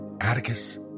Atticus